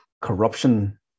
corruption